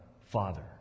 Father